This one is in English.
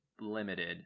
limited